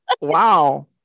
Wow